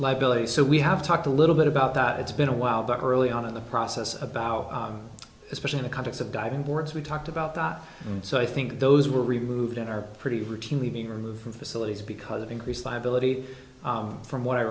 liability so we have talked a little bit about that it's been a while back early on in the process of our especially in the context of diving boards we talked about that so i think those were removed and are pretty routinely being removed from facilities because of increased liability from what i